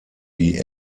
die